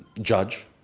judge.